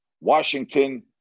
Washington